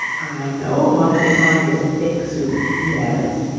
i know mulligatawny is a thick soup. yes?